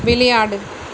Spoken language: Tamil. விளையாடு